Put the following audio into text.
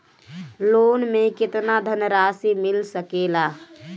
Loan मे केतना धनराशी मिल सकेला?